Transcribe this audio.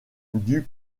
dut